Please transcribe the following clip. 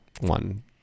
one